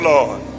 Lord